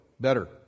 Better